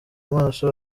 amaso